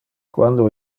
quando